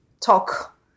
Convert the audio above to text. talk